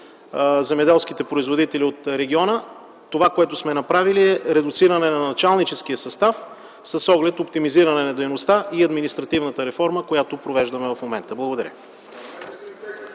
земеделските производители от региона. Това, което сме направили, е редуциране на началническия състав с оглед оптимизиране на дейността и административната реформа, която провеждаме в момента. Благодаря.